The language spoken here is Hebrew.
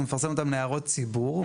הוא מפרסם אותן להערות הציבור.